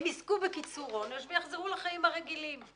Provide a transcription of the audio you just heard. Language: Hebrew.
הם יזכו בקיצור עונש ויחזרו לחיים הרגילים,